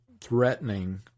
threatening